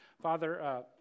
Father